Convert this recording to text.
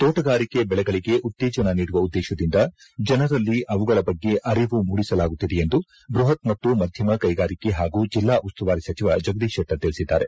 ತೋಟಗಾರಿಕೆ ಬೆಳೆಗಳಿಗೆ ಉತ್ತೇಜನ ನೀಡುವ ಉದ್ದೇಶದಿಂದ ಜನರಲ್ಲಿ ಬಗ್ಗೆ ಅರಿವು ಮೂಡಿಸಲಾಗುತ್ತಿದೆ ಎಂದು ಬೃಹತ್ ಮತ್ತು ಮಧ್ಯಮ ಕೈಗಾರಿಕೆ ಹಾಗೂ ಜಿಲ್ಲಾ ಉಸ್ತುವಾರಿ ಸಚಿವ ಜಗದೀಶ ಶೆಟ್ಟರ್ ತಿಳಿಸಿದ್ದಾರೆ